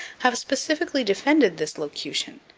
have specifically defended this locution,